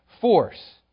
force